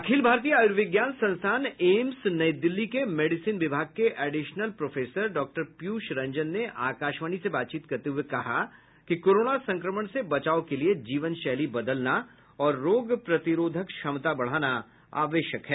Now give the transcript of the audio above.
अखिल भारतीय आयुर्विज्ञान संस्थान एम्स नई दिल्ली के मेडिसिन विभाग के एडिशनल प्रोफेसर डॉ पीयूष रंजन ने आकाशवाणी से बातचीत करते हुए कहा कि कोरोना संक्रमण से बचाव के लिये जीवनशैली बदलना और रोग प्रतिरोधक क्षमता बढ़ाना आवश्यक है